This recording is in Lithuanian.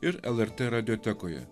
ir lrt radijotekoje